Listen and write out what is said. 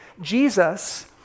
Jesus